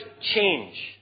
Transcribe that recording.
change